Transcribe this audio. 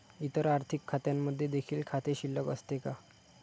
इतर आर्थिक खात्यांमध्ये देखील खाते शिल्लक असते का?